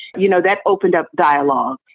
you know, that opened up dialogue.